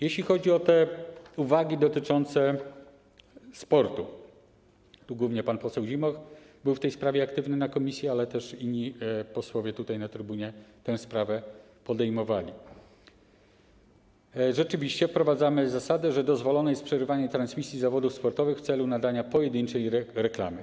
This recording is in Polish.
Jeśli chodzi o uwagi dotyczące sportu, głównie pan poseł Zimoch był w tej sprawie aktywny w komisji, ale też i inni posłowie z trybuny tę sprawę podejmowali, to rzeczywiście wprowadzamy zasadę, że dozwolone jest przerywanie transmisji zawodów sportowych w celu nadania pojedynczej reklamy.